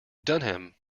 dunham